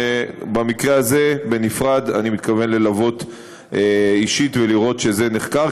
ובמקרה הזה בנפרד אני מתכוון ללוות אישית ולראות שזה נחקר,